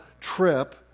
trip